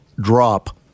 drop